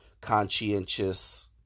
conscientious